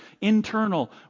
Internal